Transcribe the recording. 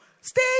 Stay